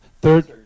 Third